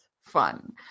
fun